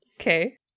Okay